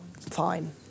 Fine